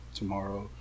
tomorrow